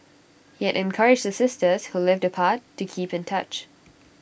he had encouraged the sisters who lived apart to keep in touch